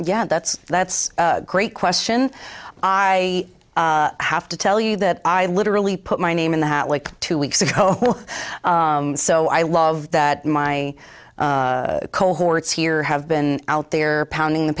yet that's that's a great question i have to tell you that i literally put my name in the hat like two weeks ago so i love that my cohorts here have been out there pounding the